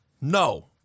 No